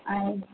ஆ